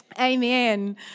Amen